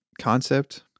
concept